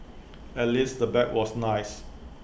at least the bag was nice